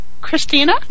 Christina